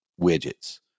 widgets